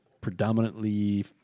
predominantly